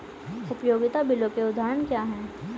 उपयोगिता बिलों के उदाहरण क्या हैं?